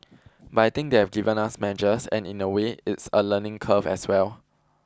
but I think they've given us measures and in a way it's a learning curve as well